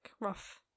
rough